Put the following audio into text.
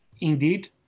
Indeed